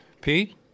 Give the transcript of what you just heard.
Pete